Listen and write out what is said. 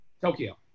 Tokyo